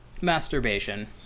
masturbation